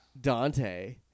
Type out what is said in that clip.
Dante